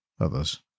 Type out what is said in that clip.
others